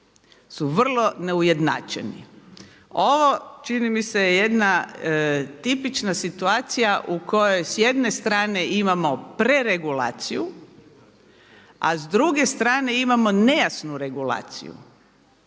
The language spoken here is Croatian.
su vrlo neujednačeni. Ovo čini mi se je jedna tipična situacija u kojoj s jedne strane imamo preregulaciju a s druge strane imamo nejasnu regulaciju.